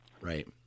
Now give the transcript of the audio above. Right